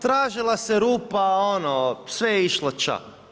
Tražila se rupa, ono, sve je išlo ća.